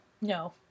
No